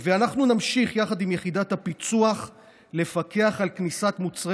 אנחנו נמשיך יחד עם יחידת הפיצו"ח לפקח על כניסת מוצרי